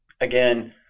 again